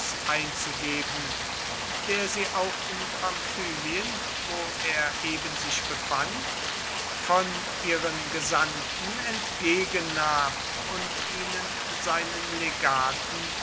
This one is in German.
einzugeben der sie auch in pamphylien wo er eben sich befand von ihren gesandten entgegennahm und ihnen seinen legaten